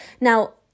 Now